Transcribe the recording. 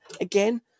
again